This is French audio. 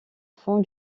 fond